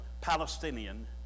Palestinian